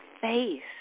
face